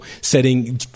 setting